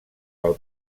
pel